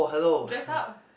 dress up